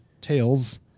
tails